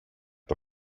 the